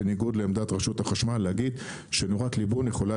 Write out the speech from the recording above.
בניגוד לעמדת רשות החשמל להגיד שנורת ליבון יכולה